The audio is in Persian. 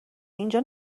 اینجا